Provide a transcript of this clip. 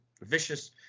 vicious